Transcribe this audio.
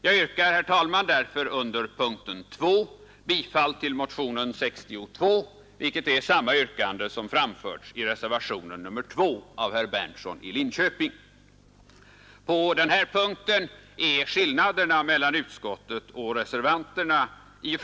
Under punkten 2 är skillnaderna mellan utskottsmajoriteten och reservanten i och för sig ganska obetydliga: utskottsmajoriteten föreslår en ytterligare uppluckring av de redan uppluckrade bestämmelserna om avstängningsprövningen.